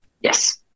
Yes